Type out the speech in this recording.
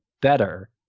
better